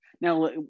now